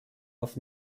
auf